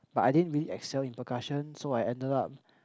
but I didn't really excel in percussion so I ended up